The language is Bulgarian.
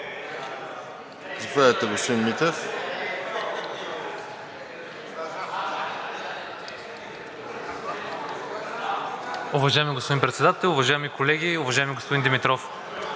Заповядайте, господин Митев.